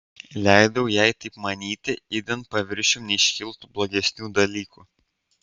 leidau jai taip manyti idant paviršiun neiškiltų blogesnių dalykų